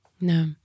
No